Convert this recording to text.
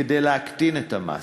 כדי להקטין את המס.